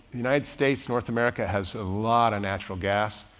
the united states, north america has a lot of natural gas,